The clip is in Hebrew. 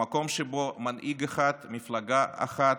המקום שבו מנהיג אחד, מפלגה אחת,